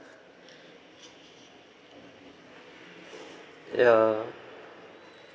ya